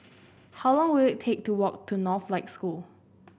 how long will it take to walk to Northlight School